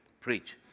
preach